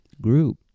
group